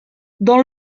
dans